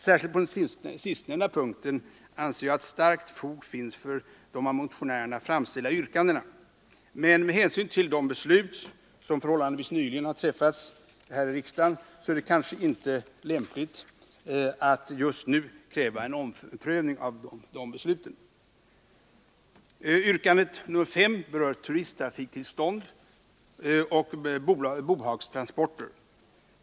Särskilt på den sistnämnda punkten anser jag att starkt fog finns för de av motionärerna framställda yrkandena, men med hänsyn till de beslut som förhållandevis nyligen träffats häri riksdagen är det kanske inte lämpligt att just nu kräva en omprövning av besluten. Yrkandet 5 berör turisttrafiktillstånd och bohagstransporter.